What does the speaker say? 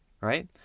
Right